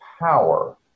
power